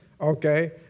Okay